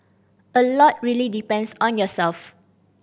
a lot really depends on yourself